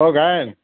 অঁ গায়